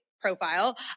profile